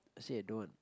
I say I don't